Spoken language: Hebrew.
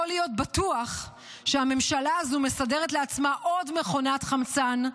יכול להיות בטוח שהממשלה הזו מסדרת לעצמה עוד מכונת חמצן,